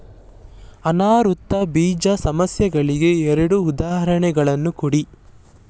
ಅನಾವೃತ ಬೀಜ ಸಸ್ಯಗಳಿಗೆ ಎರಡು ಉದಾಹರಣೆಗಳನ್ನು ಕೊಡಿ